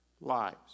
lives